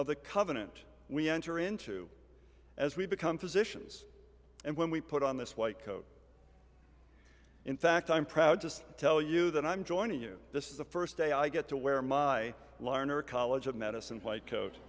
of the covenant we enter into as we become physicians and when we put on this white coat in fact i'm proud to tell you that i'm joining you this is the first day i get to wear my learner college of medicine white coa